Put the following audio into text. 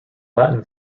latin